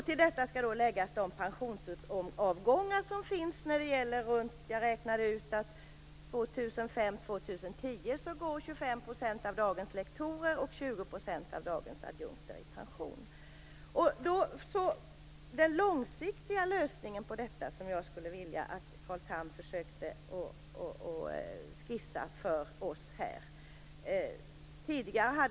Till detta skall läggas de pensionsavgångar som kommer. Jag räknade ut att år 2005-2010 går 25 % av dagens lektorer och 20 % av dagens adjunkter i pension. Jag skulle vilja att Carl Tham försökte skissa en långsiktig lösning på detta för oss.